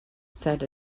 said